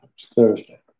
Thursday